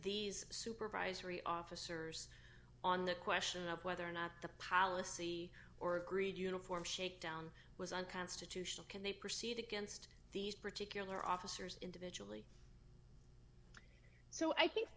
these supervisory officers on the question of whether or not the policy or agreed uniform shakedown was unconstitutional can they proceed against these particular officers individually so i think